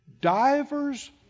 divers